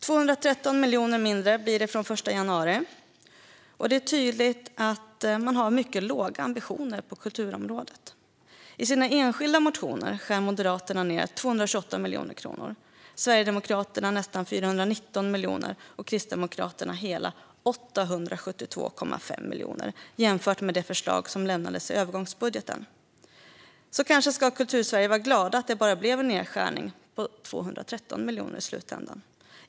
Det blir från den 1 januari 213 miljoner kronor mindre. Det är tydligt att de har mycket små ambitioner på kulturområdet. I de enskilda motionerna skär Moderaterna ned 228 miljoner, Sverigedemokraterna nästan 419 miljoner och Kristdemokraterna hela 872,5 miljoner jämfört med det förslag som lades fram i övergångsbudgeten. Kanske ska man i Kultursverige vara glad att det i slutändan bara blev nedskärningar på 213 miljoner.